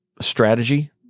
strategy